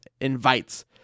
invites